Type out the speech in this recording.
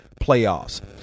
playoffs